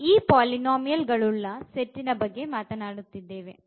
ನಾವು ಈ ಪಾಲಿನಾಮಿಯಲ್ ಗಳುಳ್ಳ ಸೆಟ್ಟಿನ ಬಗ್ಗೆ ಮಾತನಾಡುತ್ತಿದ್ದೇವೆ